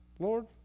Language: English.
Lord